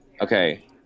okay